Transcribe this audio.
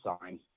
sign